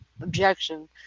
objection